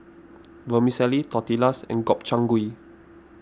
Vermicelli Tortillas and Gobchang Gui